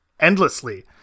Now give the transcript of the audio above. endlessly